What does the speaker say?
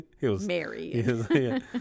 Mary